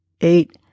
Eight